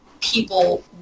people